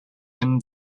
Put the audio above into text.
been